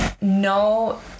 no